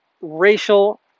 racial